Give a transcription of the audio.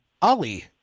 Ali